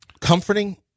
Comforting